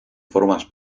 formas